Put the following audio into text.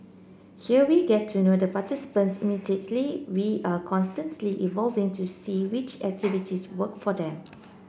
here we get to know the participants intimately we are constantly evolving to see which activities work for them